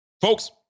Folks